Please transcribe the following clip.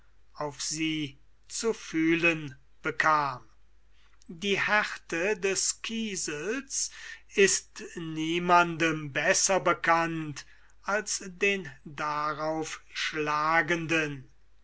auf sie zu fühlen bekam die härte des kiesels ist niemandem besser bekannt als den darauf schlagenden